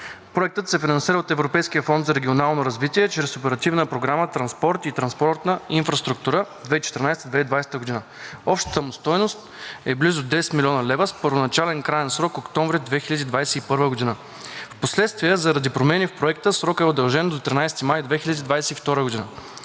Проектът се финансира от Европейския фонд за регионално развитие чрез Оперативна програма „Транспорт и транспортна инфраструктура“ 2014 – 2020 г. Общата му стойност е близо 10 млн. лв., с първоначален краен срок октомври 2021 г. Впоследствие, заради промени в проекта, срокът е удължен до 13 май 2022 г.